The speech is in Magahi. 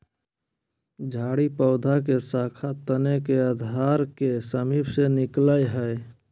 झाड़ी पौधा के शाखा तने के आधार के समीप से निकलैय हइ